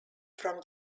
from